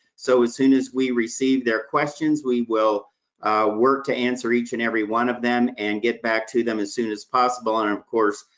so as soon as we receive their questions, we will work to answer each and every one of them, and get back to them as soon as possible, and of course,